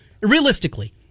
Realistically